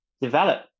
develop